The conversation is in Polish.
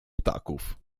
ptaków